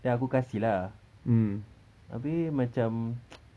then aku kasih lah abeh macam